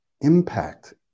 impact